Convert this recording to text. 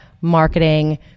marketing